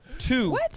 Two